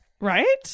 right